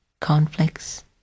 conflicts